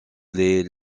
les